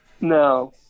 No